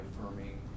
affirming